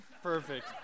Perfect